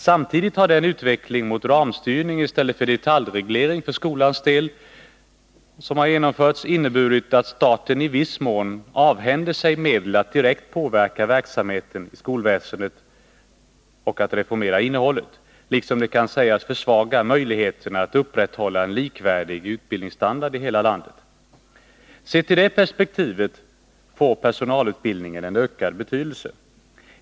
Samtidigt har den utveckling mot ramstyrning i stället för detaljreglering för skolans del som har genomförts inneburit att staten i viss mån avhänder sig medel att direkt påverka verksamheten i skolväsendet och reformera innehållet, liksom den kan sägas försvaga möjligheterna att upprätthålla en likvärdig utbildningsstandard i hela landet. Sett i det perspektivet får personalutbildningen en ökad betydelse.